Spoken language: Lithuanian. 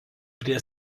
prie